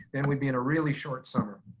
then we'd be in a really short summer.